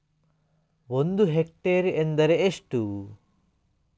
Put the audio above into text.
ಒಂದು ಹೆಕ್ಟೇರ್ ಎಂದರೆ ಎಷ್ಟು?